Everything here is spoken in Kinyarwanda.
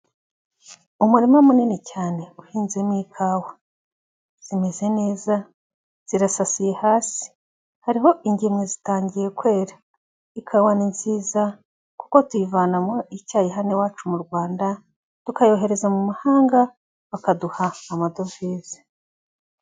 Umurima munini cyane uhinzemo ikawa. Zimeze neza, zirasasiye hasi. Hariho ingemwe zitangiye kwera. Ikawa ni nziza, kuko tuyivanamo icyayi hano iwacu mu Rwanda, tukayohereza mu mahanga bakaduha amadovize.